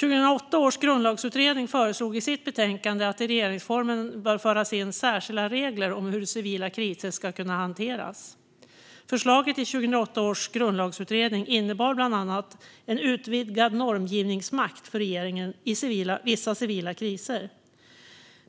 2008 års grundlagsutredning föreslog i sitt betänkande att det i regeringsformen skulle föras in särskilda regler om hur civila kriser ska kunna hanteras. Förslaget i 2008 års grundlagsutredning innebar bland annat en utvidgad normgivningsmakt för regeringen i vissa civila kriser.